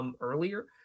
earlier